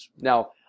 Now